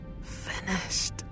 finished